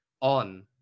on